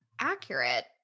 accurate